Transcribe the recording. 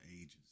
ages